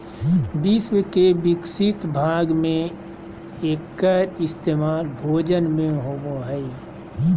विश्व के विकसित भाग में एकर इस्तेमाल भोजन में होबो हइ